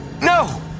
No